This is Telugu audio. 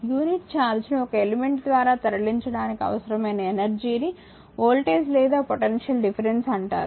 యూనిట్ ఛార్జ్ను ఒక ఎలిమెంట్ ద్వారా తరలించడానికి అవసరమైన ఎనర్జీ ని వోల్టేజ్ లేదా పొటెన్షియల్ డిఫరెన్స్ అంటారు